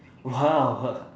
!wow!